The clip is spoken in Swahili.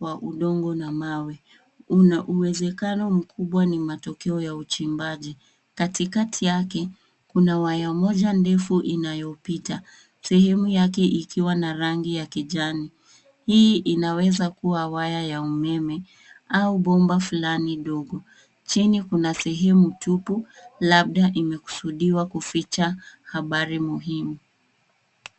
wa udongo na mawe una uwezekano mkubwa ni matokeo ya uchimbaji. Katikati yake kuna waya moja ndefu inayopita sehemu yake ikiwa na rangi ya kijani. Hii inaweza kuwa waya ya umeme au bomba fulani dogo. Chini kuna sehemu tupu, labda imekusudiwa kuficha habari muhimu.